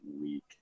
week